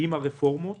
עם הרפורמות.